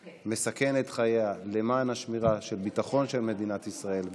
שמסכנת את חייה למען השמירה של ביטחון מדינת ישראל,